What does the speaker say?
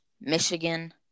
Michigan